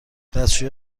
دستشویی